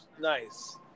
nice